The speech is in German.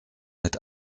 mit